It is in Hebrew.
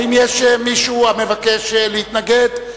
האם יש מישהו המבקש להתנגד?